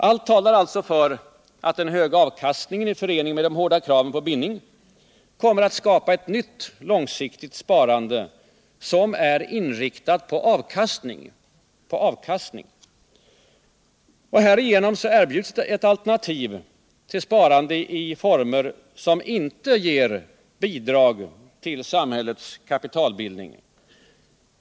Allt talar för att den höga avkastningen i förening med de hårda kraven på bindning kommer att skapa ett nytt långsiktigt sparande, som är inriktat på Värdesäkert lön Sparande Värdesäkert lönsparande avkastning. Härigenom erbjuds ett alternativ till sparande i former som inte ger bidrag till samhällets kapitalbildning.